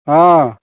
हँ